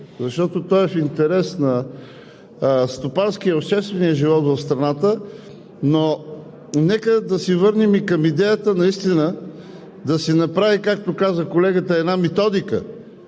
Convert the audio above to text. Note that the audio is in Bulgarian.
защото то е в интерес на стопанския и обществения живот в страната, но нека да се върнем и към идеята наистина да се направи, както каза колегата, една методика,